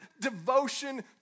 devotion